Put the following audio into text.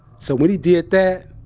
so, when he did that,